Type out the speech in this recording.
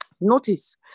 Notice